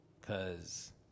cause